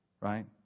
right